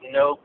no